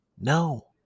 No